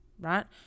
right